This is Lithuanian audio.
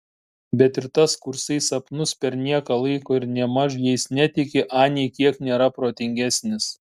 bet ir tas kursai sapnus per nieką laiko ir nėmaž jais netiki anei kiek nėra protingesnis